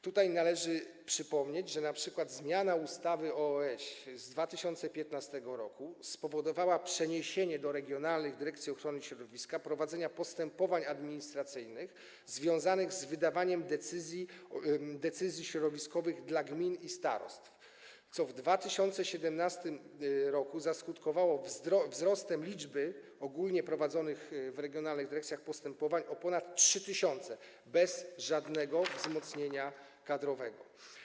Tutaj należy przypomnieć, że np. zmiana u.o.o.ś. z 2015 r. spowodowała przeniesienie do regionalnych dyrekcji ochrony środowiska prowadzenia postępowań administracyjnych związanych z wydawaniem decyzji środowiskowych dla gmin i starostw, co w 2017 r. skutkowało wzrostem liczby ogólnie prowadzonych w regionalnych dyrekcjach postępowań o ponad 3 tys., bez żadnego wzmocnienia kadrowego.